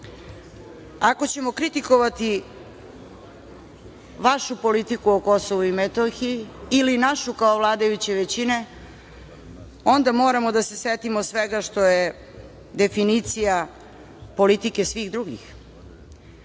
ako ćemo kritikovati vašu politiku o Kosovu i Metohiji ili našu kao vladajuće većine, onda moramo da se setimo svega što je definicija politike svih drugih,